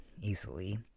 easily